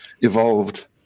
evolved